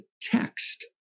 text